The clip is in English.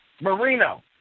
Marino